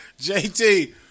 JT